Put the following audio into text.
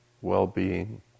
well-being